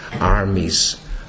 armies